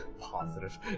positive